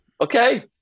Okay